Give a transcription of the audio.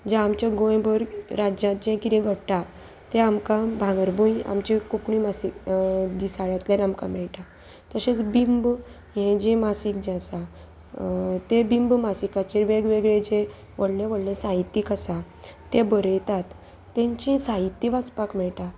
जे आमच्या गोंयभर राज्यांत जे कितें घडटा तें आमकां भांगरभूंय आमची कोंकणी मासीक दिसाळ्यांतल्यान आमकां मेळटा तशेंच बिंब हें जें मासीक जे आसा तें बिंब मासिकाचेर वेगवेगळे जे व्हडले व्हडले साहित्यीक आसा ते बरयतात तांचें साहित्य वाचपाक मेळटा